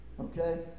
Okay